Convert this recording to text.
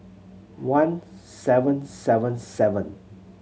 one seven seven seven